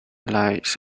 lights